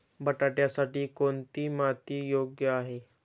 बटाट्यासाठी कोणती माती योग्य आहे?